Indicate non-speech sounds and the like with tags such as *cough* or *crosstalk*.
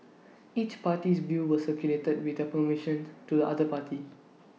each party's views were circulated with their permission *noise* to the other party